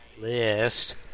list